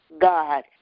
God